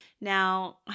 Now